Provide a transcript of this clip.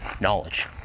knowledge